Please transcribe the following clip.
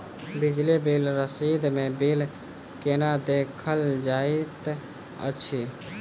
बिजली बिल रसीद मे बिल केना देखल जाइत अछि?